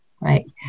right